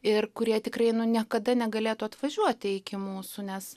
ir kurie tikrai niekada negalėtų atvažiuoti iki mūsų nes